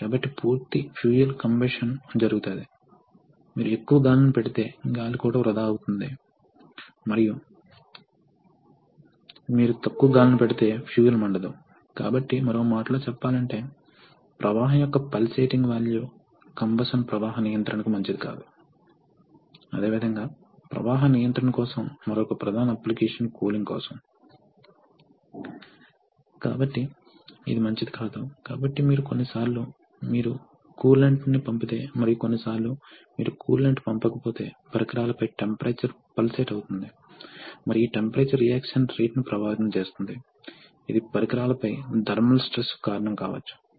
కాబట్టి positive displacement ఉండవచ్చు linear కదలికను కలిగి ఉంటుంది లేదా సర్కులర్ కదలికను కలిగి ఉంటుంది కాబట్టి మీరు రెసిప్రొకేటింగ్ పిస్టన్ రకాన్ని కలిగి ఉండవచ్చు లేదా మీరు రొటేటింగ్ వేన్ రకాలు లేదా రోటరీ ఇంపెల్లర్ కలిగి ఉండవచ్చు కాబట్టి మీకు రోటేషనల్ నమూనాలు ఉన్నాయి లేదా మీకు ట్రాన్సలేషనల్ నమూనాలు ఉన్నాయి కానీ ప్రతి సందర్భంలో రోటేషనల్ యొక్క ఒక కదలిక చక్రం ఒక నిర్దిష్ట వాల్యూమ్ గాలిని తీసుకొని దానిని నెట్టివేస్తుంది అల్ప ప్రెషర్ ఇన్లెట్ పోర్టుకు తీసుకెళ్ళి దాన్ని అవుట్లెట్ పోర్టులోకి నెట్టివేస్తుంది